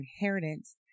inheritance